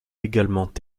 également